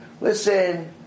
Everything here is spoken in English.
listen